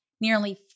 nearly